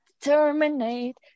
Terminate